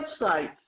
website